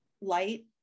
light